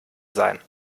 sein